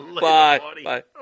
Bye